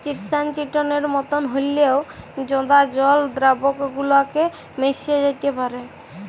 chitosan চিটনের মতন হঁল্যেও জঁদা জল দ্রাবকে গুল্যে মেশ্যে যাত্যে পারে